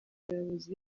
bayobozi